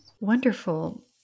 wonderful